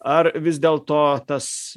ar vis dėlto tas